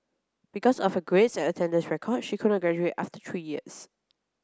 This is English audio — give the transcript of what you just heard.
because of her grades and attendance record she could not graduate after three years